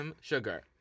sugar